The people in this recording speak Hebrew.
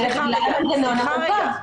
אלא בגלל המנגנון המורכב.